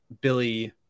Billy